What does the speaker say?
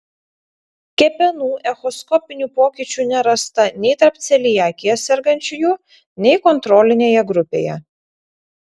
kepenų echoskopinių pokyčių nerasta nei tarp celiakija sergančiųjų nei kontrolinėje grupėje